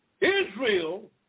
Israel